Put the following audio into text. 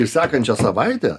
ir sekančią savaitę